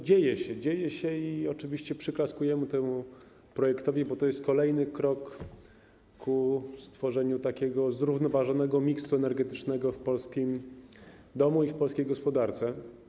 Dzieje się, dzieje się i oczywiście przyklaskujemy temu projektowi, bo to jest kolejny krok ku stworzeniu zrównoważonego miksu energetycznego w polskim domu i w polskiej gospodarce.